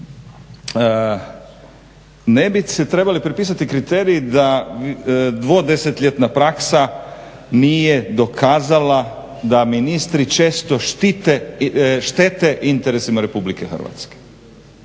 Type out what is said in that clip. Ne bi se trebali pripisati kriteriji da dvodesetljetna praksa nije dokazala da ministri često štete interesima Republike Hrvatske.